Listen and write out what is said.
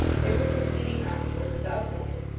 they were proceeding onward without noise,